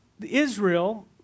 Israel